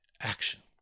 action